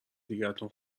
دیگتون